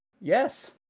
yes